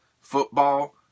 football